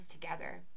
together